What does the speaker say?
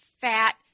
fat